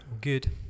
good